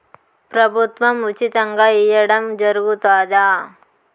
ప్రభుత్వం ఉచితంగా ఇయ్యడం జరుగుతాదా?